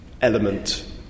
element